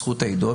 זכות הידועה,